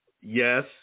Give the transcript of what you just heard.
Yes